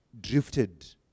drifted